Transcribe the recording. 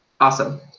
Awesome